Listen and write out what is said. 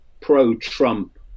pro-Trump